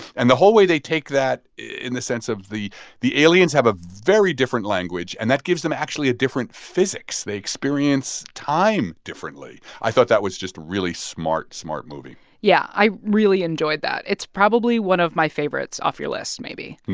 and the whole way they take that in the sense of the the aliens have a very different language, and that gives them actually a different physics. they experience time differently. i thought that was just a really smart, smart movie yeah. i really enjoyed that. it's probably one of my favorites off your list maybe.